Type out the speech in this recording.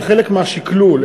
כחלק מהשקלול,